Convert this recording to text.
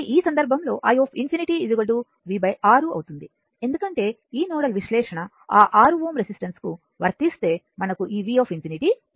కాబట్టి ఈ సందర్భం లో i∞ v 6 అవుతుంది ఎందుకంటే ఈ నోడల్ విశ్లేషణ ఆ 6 Ω రెసిస్టెన్స్ కు వర్తిస్తే మనకు ఈ v∞